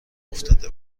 افتاده